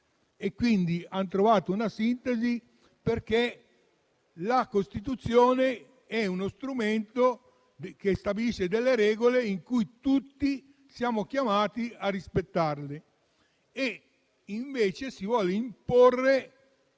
e che hanno trovato una sintesi, perché la Costituzione è uno strumento che stabilisce delle regole che tutti siamo chiamati a rispettare. Invece ci si vuole imporre